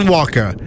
Walker